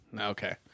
Okay